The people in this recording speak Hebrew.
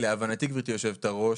להבנתי, גברתי היושבת-ראש,